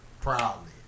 Proudly